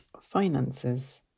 finances